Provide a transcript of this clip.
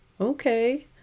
okay